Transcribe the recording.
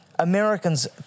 Americans